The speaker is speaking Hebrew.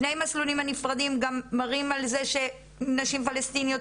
שני המסלולים הנפרדים גם מראים על זה שנשים פלשתינאיות